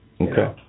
Okay